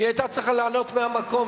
היא היתה צריכה לענות מהמקום,